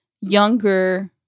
younger